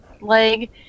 leg